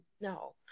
no